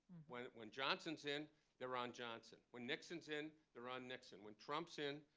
when when johnson's in they're on johnson. when nixon's in, they're on nixon. when trump's in,